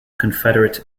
confederate